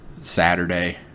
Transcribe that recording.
Saturday